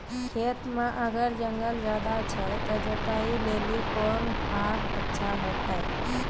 खेत मे अगर जंगल ज्यादा छै ते जुताई लेली कोंन फार अच्छा होइतै?